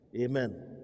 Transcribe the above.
Amen